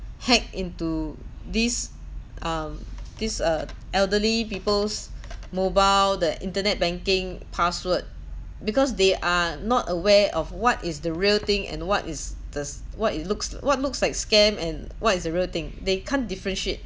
hack into this um this uh elderly people's mobile the internet banking password because they are not aware of what is the real thing and what is this what it looks what looks like scam and what is the real thing they can't differentiate